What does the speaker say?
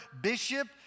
bishop